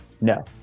No